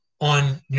On